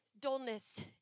dullness